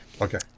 Okay